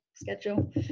schedule